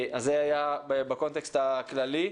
אז זה בקונטקסט הכללי.